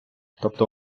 тобто